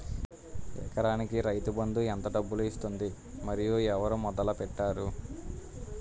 ఎకరానికి రైతు బందు ఎంత డబ్బులు ఇస్తుంది? మరియు ఎవరు మొదల పెట్టారు?